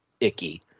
icky